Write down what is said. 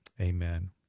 Amen